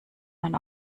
man